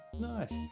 Nice